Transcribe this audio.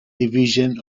division